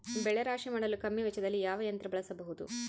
ಬೆಳೆ ರಾಶಿ ಮಾಡಲು ಕಮ್ಮಿ ವೆಚ್ಚದಲ್ಲಿ ಯಾವ ಯಂತ್ರ ಬಳಸಬಹುದು?